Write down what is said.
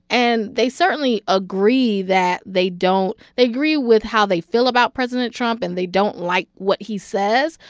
and they certainly agree that they don't they agree with how they feel about president trump, and they don't like what he says.